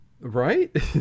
right